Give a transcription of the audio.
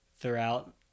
throughout